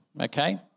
okay